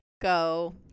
go